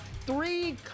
three